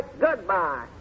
goodbye